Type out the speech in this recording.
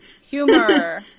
Humor